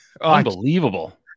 Unbelievable